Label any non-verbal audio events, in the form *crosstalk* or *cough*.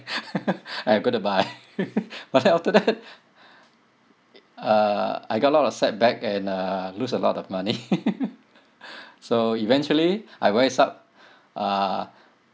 *laughs* I go to buy *laughs* but after that uh I got a lot of setback and uh lose a lot of money *laughs* so eventually I voice out uh